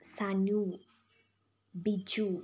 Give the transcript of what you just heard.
Sanu Biju